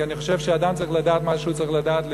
כי אני חושב שאדם צריך לדעת מה שהוא צריך לדעת למקצועו.